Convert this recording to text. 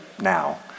now